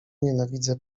nienawidzę